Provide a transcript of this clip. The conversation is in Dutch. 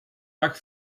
dag